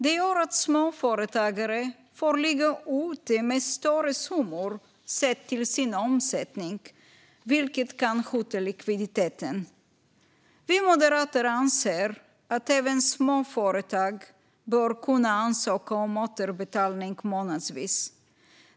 Det gör att småföretagare får ligga ute med större summor sett till sin omsättning, vilket kan hota likviditeten. Vi moderater anser att även små företag bör kunna ansöka om återbetalning månadsvis.